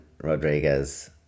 Rodriguez